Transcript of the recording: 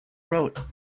road